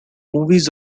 movies